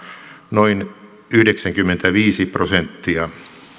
noin yhdeksänkymmentäviisi prosenttia